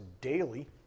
daily